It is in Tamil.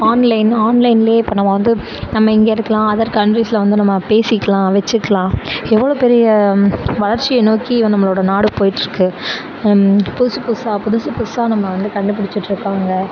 ஆன்லைன் ஆன்லைனில் இப்போ நம்ம வந்து நம்ம இங்கே இருக்கலாம் அதர் கண்ட்ரிஸில் வந்து நம்ம பேசிக்கலாம் வெச்சுக்கலாம் எவ்வளோ பெரிய வளர்ச்சியை நோக்கி நம்மளோடய நாடு போயிட்டிருக்கு புதுசு புதுசாக புதுசு புதுசாக நம்ம வந்து கண்டுப்பிடிச்சிட்ருக்காங்க